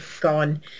gone